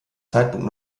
zeitpunkt